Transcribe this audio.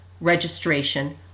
registration